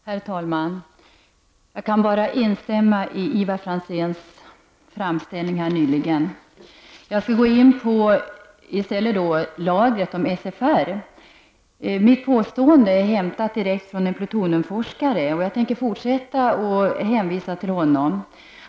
Herr talman! Jag kan bara instämma i Ivar Franzéns framställning. Jag skall i stället ta upp frågan om Forsmarkslagret, SFR. Mitt påstående är hämtat direkt från en plutoniumforskare, och jag tänker fortsätta att hänvisa till honom.